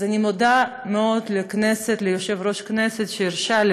אז אני מודה מאוד לכנסת, ליושב-ראש הכנסת, שהרשה,